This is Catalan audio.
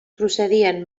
procedien